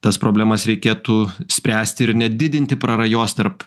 tas problemas reikėtų spręsti ir nedidinti prarajos tarp